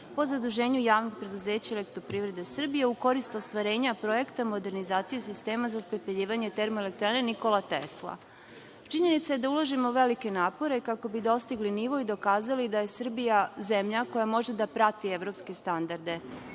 po zaduženju Javnog preduzeća „Elektroprivreda Srbije“ u korist ostvarenja projekta modernizacije sistema za otpepeljivanje Termoelektrane „Nikola Tesla“.Činjenica je da ulažemo velike napore kako bi dostigli nivo i dokazali da je Srbija zemlja koja može da prati evropske standarde,